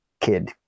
kid